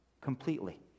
completely